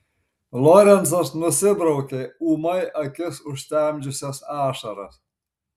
lorencas nusibraukė ūmai akis užtemdžiusias ašaras